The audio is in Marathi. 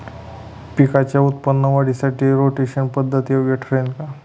पिकाच्या उत्पादन वाढीसाठी रोटेशन पद्धत योग्य ठरेल का?